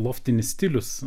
loftinis stilius